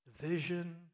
Division